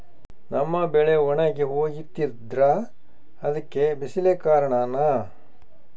ನಮ್ಮ ಬೆಳೆ ಒಣಗಿ ಹೋಗ್ತಿದ್ರ ಅದ್ಕೆ ಬಿಸಿಲೆ ಕಾರಣನ?